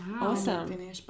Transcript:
awesome